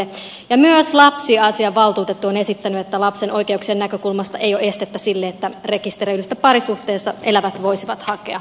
myös lapsiasiavaltuutettu on esittänyt että lapsen oikeuksien näkökulmasta ei ole estettä sille että rekisteröidyssä parisuhteessa elävät voisivat hakea adoptiota